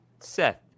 Seth